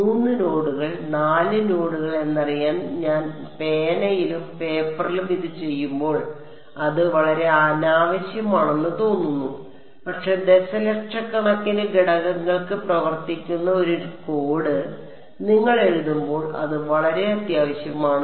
മൂന്ന് നോഡുകൾ നാല് നോഡുകൾ എന്നറിയാൻ ഞാൻ പേനയിലും പേപ്പറിലും ഇത് ചെയ്യുമ്പോൾ അത് വളരെ അനാവശ്യമാണെന്ന് തോന്നുന്നു പക്ഷേ ദശലക്ഷക്കണക്കിന് ഘടകങ്ങൾക്ക് പ്രവർത്തിക്കുന്ന ഒരു കോഡ് നിങ്ങൾ എഴുതുമ്പോൾ അത് വളരെ അത്യാവശ്യമാണ്